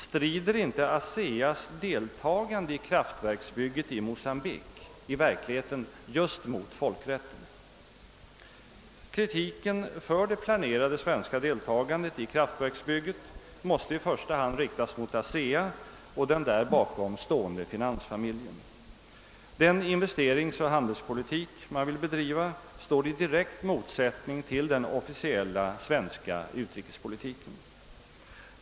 Strider inte ASEA:s deltagande i kraftverksbygget i Mocambique i verkligheten just mot folkrätten? Kritiken mot det planerade svenska deltagandet i kraftverksbygget måste i första hand riktas mot ASEA och den där bakom stående finansfamiljen. Den investeringsoch handelspolitik man vill bedriva står i direkt motsättning till den officiella svenska utrikespolitiken.